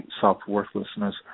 self-worthlessness